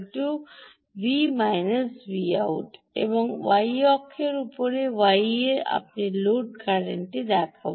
- V out এবং y অক্ষের উপর y এ আমি লোড কারেন্টটি দেখাব